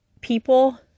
people